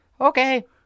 Okay